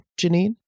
Janine